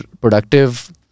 productive